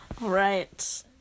Right